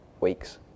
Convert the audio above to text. weeks